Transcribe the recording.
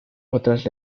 otras